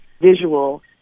visual